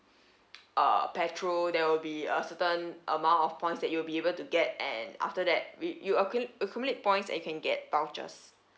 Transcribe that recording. uh petrol there will be a certain amount of points that you'll be able to get and after that you you accu~ accumulate points and you can get vouchers